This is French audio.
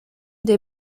des